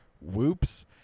Whoops